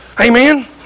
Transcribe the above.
Amen